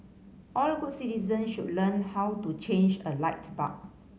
all good citizens should learn how to change a light bulb